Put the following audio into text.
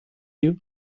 you